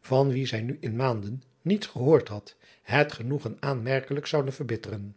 van wien zij nu in maanden niets gehoord had het genoegen aanmerkelijk zouden verbitteren